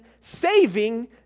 saving